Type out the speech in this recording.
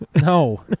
No